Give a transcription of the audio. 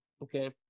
Okay